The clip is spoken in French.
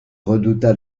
redouta